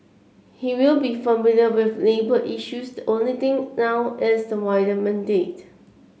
he will be familiar with labour issues the only thing now is the wider mandate